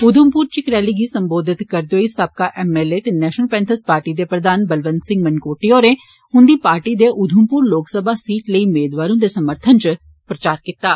उधमपुर इच रैली गी सम्बोधित करदे होई साबका एम एल ए ते नेष्नल पैर्थस पार्टी दे प्रधान बलवंत सिंह मन्कोटिया होरें उन्दी पार्टी दे उधमपुर लोकसमा सीट लेई मेदवार हुन्दे समर्थन इच प्रचार कीत्ता